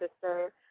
sister